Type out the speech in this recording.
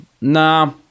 nah